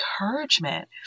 encouragement